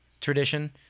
tradition